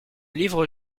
livre